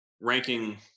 ranking